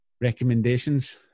recommendations